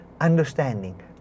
understanding